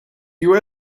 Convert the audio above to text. you